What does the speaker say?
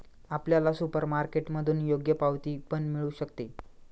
आपल्याला सुपरमार्केटमधून योग्य पावती पण मिळू शकते